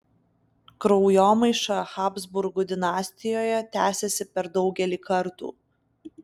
kraujomaiša habsburgų dinastijoje tęsėsi per daugelį kartų